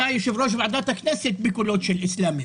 אתה יושב-ראש ועדת הכנסת בזכות קולות של אזרחים